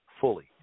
fully